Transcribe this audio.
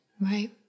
Right